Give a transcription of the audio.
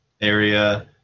area